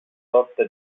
sorta